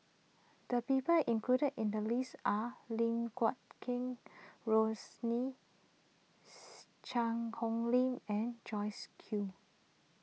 the people included in the list are Lim Guat Kheng Rosie Cheang Hong Lim and Joyce Jue